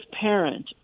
parent